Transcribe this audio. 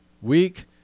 week